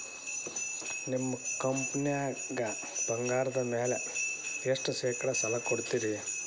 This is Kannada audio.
ನಿಮ್ಮ ಕಂಪನ್ಯಾಗ ಬಂಗಾರದ ಮ್ಯಾಲೆ ಎಷ್ಟ ಶೇಕಡಾ ಸಾಲ ಕೊಡ್ತಿರಿ?